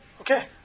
Okay